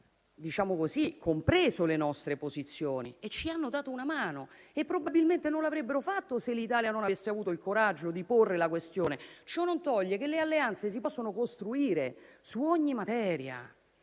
hanno compreso le nostre posizioni e ci hanno dato una mano e probabilmente non lo avrebbero fatto, se l'Italia non avesse avuto il coraggio di porre la questione. Ciò non toglie che le alleanze si possono costruire su ogni materia.